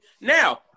Now